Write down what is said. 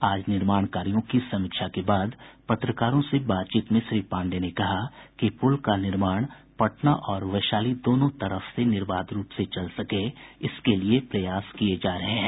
आज निर्माण कार्यों की समीक्षा के बाद पत्रकारों से बातचीत में श्री पांडेय ने कहा कि पुल का निर्माण पटना और वैशाली दोनों तरफ से निर्बाध रूप से चल सके इसके लिये प्रयास किये जा रहे हैं